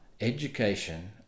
education